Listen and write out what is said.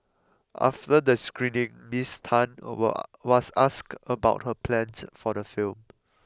after the screening Miss Tan was asked about her plans for the film